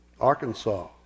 Arkansas